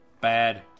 Bad